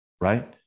Right